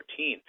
2014